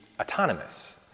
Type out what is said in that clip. autonomous